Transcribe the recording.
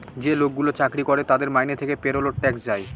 যে লোকগুলো চাকরি করে তাদের মাইনে থেকে পেরোল ট্যাক্স যায়